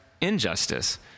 injustice